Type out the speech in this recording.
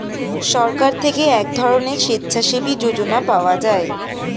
সরকার থেকে এক ধরনের স্বেচ্ছাসেবী যোজনা পাওয়া যায়